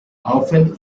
often